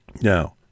Now